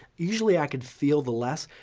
usually, i could feel the less,